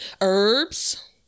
Herbs